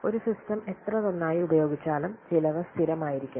ഒരു സിസ്റ്റം എത്ര നന്നായി ഉപയോഗിച്ചാലും ചിലവ് സ്ഥിരമായിരിക്കും